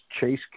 Chase